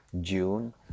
June